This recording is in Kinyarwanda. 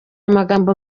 amagambo